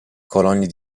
colonie